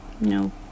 No